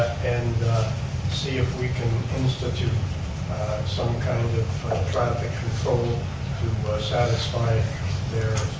and see if we can institute some kind of traffic control to satisfy their